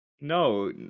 no